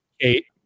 eight